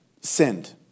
sinned